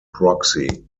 proxy